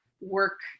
work